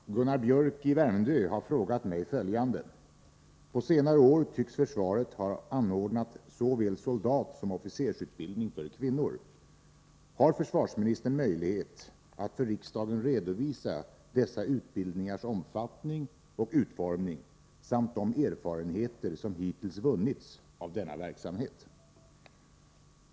Herr talman! Gunnar Biörck i Värmdö har frågat mig följande: På senare år tycks försvaret ha anordnat såväl soldatsom officersutbildning för kvinnor. Har försvarsministern möjlighet att för riksdagen redovisa dessa utbildningars omfattning och utformning samt de erfarenheter som hittills vunnits av denna verksamhet.